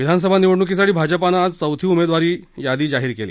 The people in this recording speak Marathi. विधानसभा निवडणुकसाठी भाजपानं आज चौथी उमेदवार यादी जाहीर केली